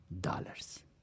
dollars